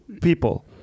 people